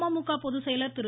அமமுக பொதுச்செயலர் திரு